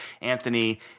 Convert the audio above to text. Anthony